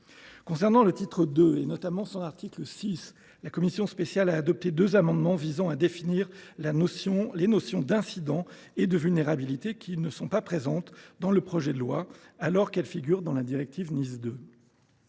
Au sein du titre II, et notamment à l’article 6, la commission spéciale a adopté deux amendements visant à définir les notions d’incident et de vulnérabilité, qui ne sont pas présentes dans le projet de loi alors qu’elles figurent dans la directive NIS 2.